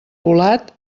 volat